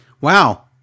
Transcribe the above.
wow